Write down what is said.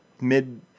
mid